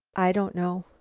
i don't know.